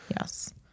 Yes